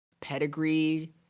pedigree